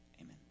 Amen